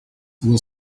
will